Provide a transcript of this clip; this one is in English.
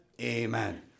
Amen